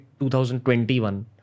2021